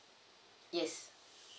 yes